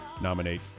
Nominate